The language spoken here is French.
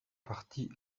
parti